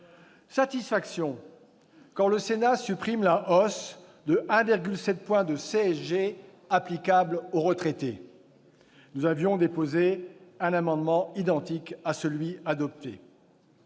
satisfaits quand le Sénat supprime la hausse de 1,7 point de la CSG applicable aux retraités- nous avions déposé un amendement identique à celui qui